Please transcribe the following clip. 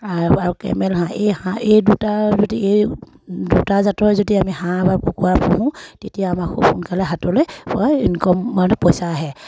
আৰু কেমেল হাঁহ এই হাঁহ এই দুটা যদি এই দুটা জাতৰ যদি আমি হাঁহ বা কুকুৰা পোহোঁ তেতিয়া আমাৰ খুব সোনকালে হাতলৈ ইনকম মানে পইচা আহে